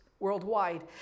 Worldwide